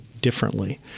differently